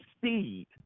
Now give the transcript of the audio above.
seed